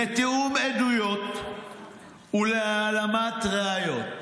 לתיאום עדויות ולהעלמת ראיות.